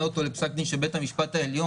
אותו לפסק דין של בית המשפט העליון.